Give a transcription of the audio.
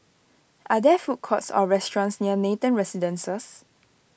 are there food courts or restaurants near Nathan Residences